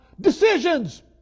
Decisions